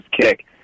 kick